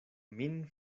min